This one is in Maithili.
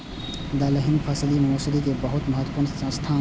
दलहनी फसिल मे मौसरी के बहुत महत्वपूर्ण स्थान छै